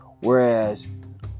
Whereas